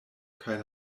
kaj